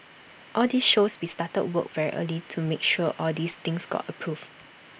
all this shows we started work very early to make sure all these things got approval